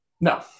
No